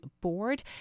Board